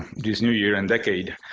this new year and decade.